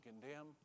condemn